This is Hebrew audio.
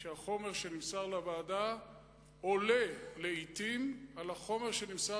שהחומר שנמסר לוועדה עולה לעתים על החומר שנמסר